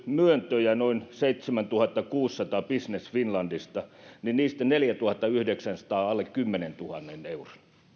myöntöjä noin seitsemäntuhattakuusisataa business finlandista niin niistä neljätuhattayhdeksänsataa on alle kymmenentuhannen euron eli kyllä